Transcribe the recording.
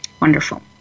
Wonderful